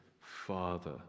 Father